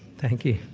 thank you.